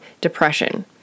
depression